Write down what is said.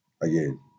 again